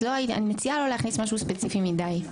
אז אני מציעה לא להכניס משהו ספציפי מדי.